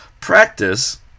practice